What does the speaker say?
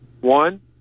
One